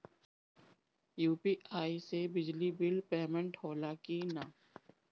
UPI से बिजली bill payment होला कि न?